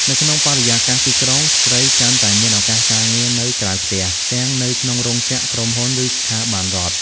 នៅក្នុងបរិយាកាសទីក្រុង ស្ត្រីកាន់តែមានឱកាសការងារនៅក្រៅផ្ទះ ទាំងនៅក្នុងរោងចក្រ ក្រុមហ៊ុន ឬស្ថាប័នរដ្ឋ។